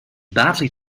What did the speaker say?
badly